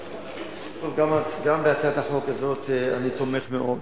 גם בהצעת החוק הזאת אני תומך מאוד.